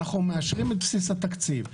אנחנו מאשרים את בסיס התקציב,